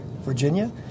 virginia